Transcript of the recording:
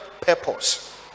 purpose